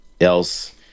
else